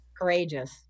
Courageous